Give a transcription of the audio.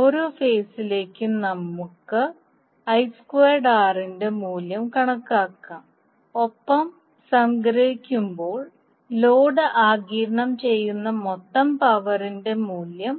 ഓരോ ഫേസിലേക്കും നമുക്ക് ന്റെ മൂല്യം കണക്കാക്കാം ഒപ്പം സംഗ്രഹിക്കുമ്പോൾ ലോഡ് ആഗിരണം ചെയ്യുന്ന മൊത്തം പവർ ൻറെ മൂല്യം